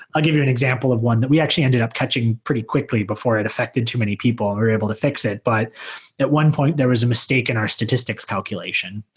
i'll give you an example of one. we actually ended up catching pretty quickly before it affected too many people. we're able to fix it. but at one point there was a mistake in our statistics calculation.